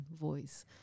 voice